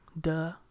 duh